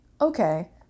okay